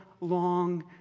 long